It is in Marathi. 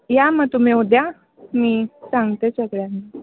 या मग तुम्ही उद्या मी सांगते सगळ्यांना